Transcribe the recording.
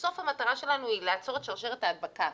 בסוף המטרה שלנו היא לעצור את שרשרת ההדבקה.